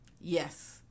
Yes